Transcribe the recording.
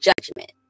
judgment